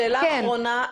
שאלה אחרונה.